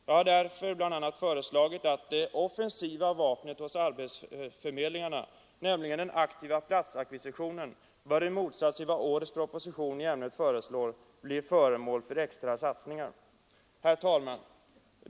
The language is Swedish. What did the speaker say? Jag har därför bl a. föreslagit att det ”offensiva vapnet” hos arbetsförmedlingarna, nämligen den aktiva platsackvisitionen, bör — i motsats till vad årets proposition i ämnet föreslår — bli föremål för extra satsningar. Herr talman!